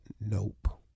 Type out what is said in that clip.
Nope